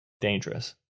dangerous